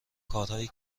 کارهایی